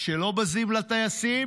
שלא בזים לטייסים,